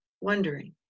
wondering